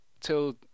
till